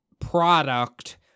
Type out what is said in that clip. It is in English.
product